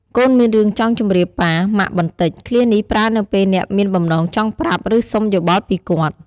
"កូនមានរឿងចង់ជម្រាបប៉ា ម៉ាក់បន្តិច!" ឃ្លានេះប្រើនៅពេលអ្នកមានបំណងចង់ប្រាប់ ឬសុំយោបល់ពីគាត់។